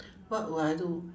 what would I do